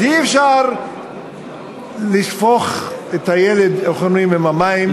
אז אי-אפשר לשפוך את הילד, איך אומרים, עם המים.